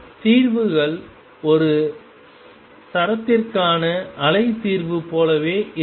தீர்வுகள் ஒரு சரத்திற்கான அலை தீர்வு போலவே இருக்கும்